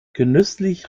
genüsslich